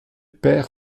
perd